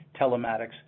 telematics